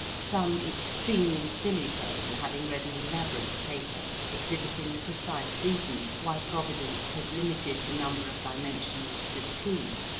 some extremely silly person having read an elaborate paper exhibiting the precise reasons why providence has limited the number of dimensions to two,